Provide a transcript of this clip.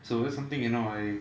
so that's something you know I